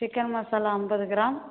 chicken masala ஐம்பது gram